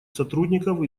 сотрудников